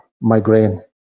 migraine